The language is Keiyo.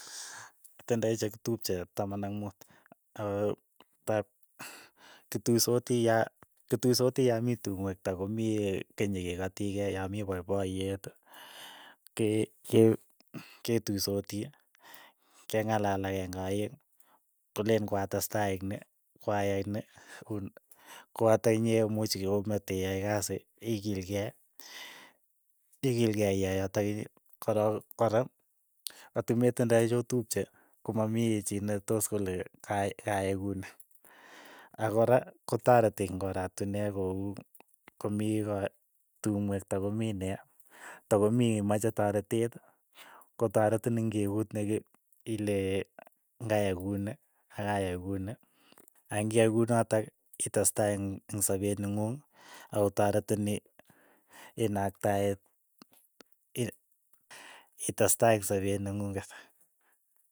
Atindoi che kitupche taman ak muut, ako tat kituisoti ya kituisoti ya mii tumwek ta komii kenye ke kati keiy ya mii poipoyeet, ke- ke- ketuisoti, keng'alalal aeng'e aeng', koleen kwa testai eng' ni, kwa yai ni, kun, koata inyee muuch komateyae kasi ikilkei, ikilkei iyai yotok korok kora, atimetindoi chotupche komamii chii netos kole kai kayai kouni, akora kotareti eng' oratinwek ko uu ko mii kora tumwek ta ko mii ne, ta ko mii imache taretet kotaretin ing' uut neke ile ngayai ko uni, akayai kuni, ak ng'iyai kunotok itestai eng'-eng' sapet neng'ung ako taretin ii inaktaee ii- itestai ing' sapet neng'unget.